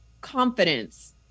confidence